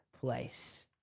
place